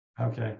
okay